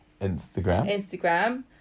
Instagram